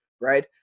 right